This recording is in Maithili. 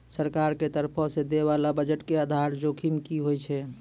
सरकार के तरफो से दै बाला बजट के आधार जोखिम कि होय छै?